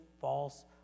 false